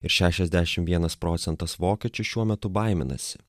ir šešiasdešim vienas procentas vokiečių šiuo metu baiminasi